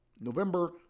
November